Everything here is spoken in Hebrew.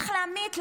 צריך להמית,